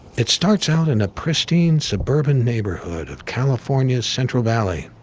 it starts out in a pristine suburban neighborhood of california's central valley,